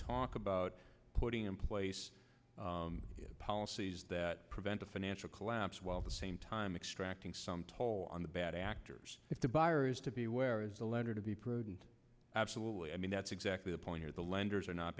talk about putting in place policies that prevent a financial collapse while the same time i'm extracting some toll on the bad actors if the buyer is to be where is the letter to be prudent absolutely i mean that's exactly the point here the lenders are not